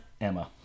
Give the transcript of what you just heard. Emma